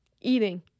Eating